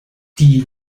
die